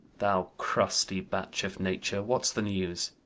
thou crusty batch of nature, what's the news?